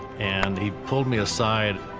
and he pulled me aside,